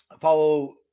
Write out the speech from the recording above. follow